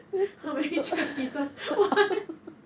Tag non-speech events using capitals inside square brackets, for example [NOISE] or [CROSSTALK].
how many chicken pieces [LAUGHS] one